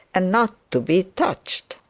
and not to be touched.